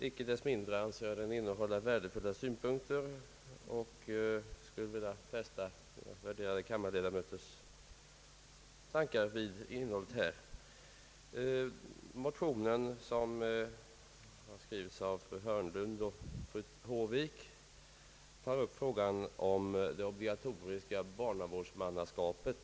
Inte desto mindre anser jag den innehålla värdefulla synpunkter, och jag skulle vilja fästa kammarledamöternas uppmärksamhet vid motionens innehåll. Motionen, som skrivits av fru Hörnlund och fru Håvik, tar upp frågan om det obligatoriska barnavårdsmannaskapet.